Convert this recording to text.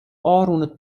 ôfrûne